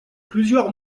plusieurs